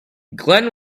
glenn